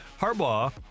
Harbaugh